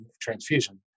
transfusion